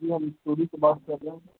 جی ہم ٹورسٹ بات کر رہے ہیں